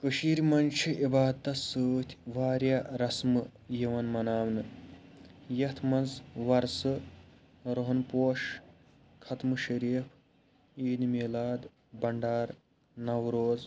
کٔشیٖرِ مَنٛز چھِ عِبادتَس سۭتۍ واریاہ رسمہٕ یِوان مناونہٕ یتھ مَنٛز ورثہٕ رۄہن پوش ختمہٕ شریٖف عیٖدِ میٖلاد بنٛڈار نَوروز